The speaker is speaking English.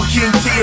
King